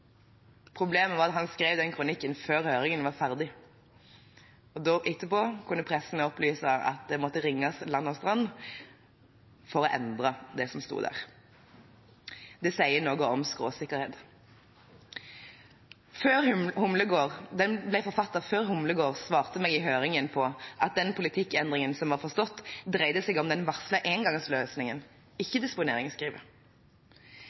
Problemet var at han skrev den kronikken før høringen var ferdig. Etterpå kunne pressen opplyse om at det måtte ringes land og strand rundt for å endre det som sto der. Det sier noe om skråsikkerhet. Denne kronikken ble forfattet før Humlegård svarte meg i høringen på at den politikkendringen som var forstått, dreide seg om den varslede engangsløsningen, ikke om disponeringsskrivet.